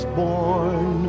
born